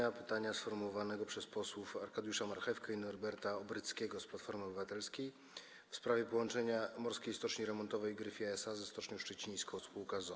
Jest to pytanie sformułowane przez posłów Arkadiusza Marchewkę i Norberta Obryckiego z Platformy Obywatelskiej, w sprawie połączenia Morskiej Stoczni Remontowej Gryfia SA ze Stocznią Szczecińską sp. z o.o.